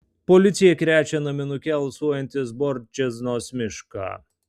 policija krečia naminuke alsuojantį zborčiznos mišką